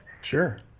Sure